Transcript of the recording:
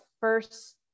first